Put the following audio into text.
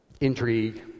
intrigue